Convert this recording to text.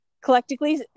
collectively